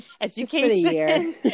Education